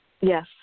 yes